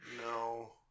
no